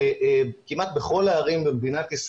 כמעט בכל הערים במדינת,